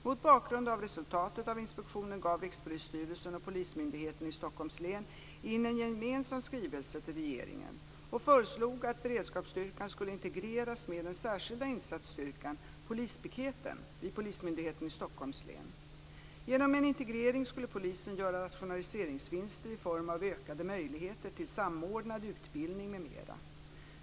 Mot bakgrund av resultatet av inspektionen gav Rikspolisstyrelsen och Polismyndigheten i Stockholms län in en gemensam skrivelse till regeringen och föreslog att beredskapsstyrkan skulle integreras med den särskilda insatsstyrkan, polispiketen, vid Polismyndigheten i Stockholms län. Genom en integrering skulle polisen göra rationaliseringsvinster i form av ökade möjligheter till samordnad utbildning m.m.